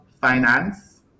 finance